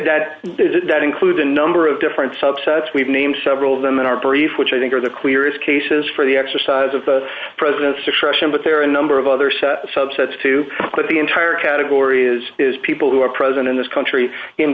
that does it that include a number of different subsets we've named several of them in our brief which i think are the clearest cases for the exercise of the president's situation but there are a number of other sets of subsets too but the entire category is is people who are present in this country in